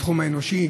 בתחום האנושי,